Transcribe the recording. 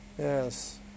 Yes